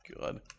Good